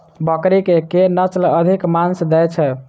बकरी केँ के नस्ल अधिक मांस दैय छैय?